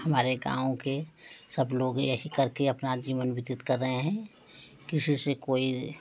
हमारे गाँव के सब लोग यही करके अपना जीवन व्यतीत कर रहे हैं किसी से कोई